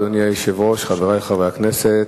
אדוני היושב-ראש, תודה רבה, חברי חברי הכנסת,